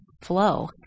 flow